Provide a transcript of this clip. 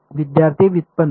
विद्यार्थीः व्युत्पन्न